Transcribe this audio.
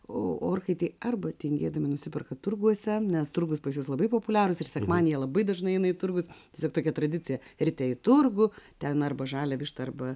o orkaitėje arba tingėdami nusiperka turguose nes turgūs pas jus labai populiarūs ir sekmadienį jie labai dažnai eina į turgus tiesiog tokia tradicija ryte į turgų ten arba žalią vištą arba